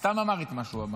הוא סתם אמר את מה שהוא אמר,